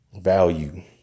Value